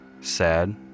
sad